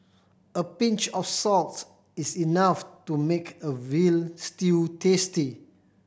a pinch of salts is enough to make a veal stew tasty